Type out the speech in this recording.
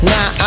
Now